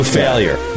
failure